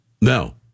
No